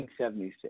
1976